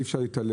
אי אפשר להתעלם,